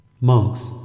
Monks